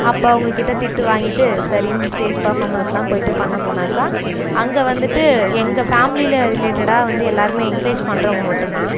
அப்போ அவங்ககிட்ட திட்டு வாங்கிட்டு சரின்னு ஸ்டேஜ் பர்ஃபாமன்ஸ்லாம் போயிட்டு பண்ணப் போனாக்கா அங்கே வந்துட்டு எங்கள் ஃபேமிலியில் ரிலேட்டடாக வந்து எல்லோருமே என்கரேஜ் பண்ணுறவங்க மட்டுந்தான்